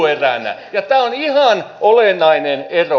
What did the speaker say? tämä on ihan olennainen ero